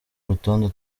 rutonde